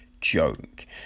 joke